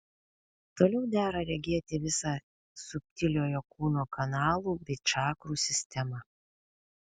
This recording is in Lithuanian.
toliau dera regėti visą subtiliojo kūno kanalų bei čakrų sistemą